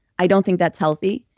i don't think that's healthy.